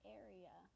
area